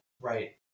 Right